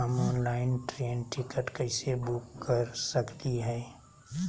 हम online train ticket कैसे book कर सकली हई?